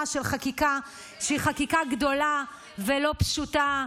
של חקיקה שהיא חקיקה גדולה ולא פשוטה.